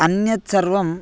अन्यत् सर्वं